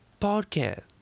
podcast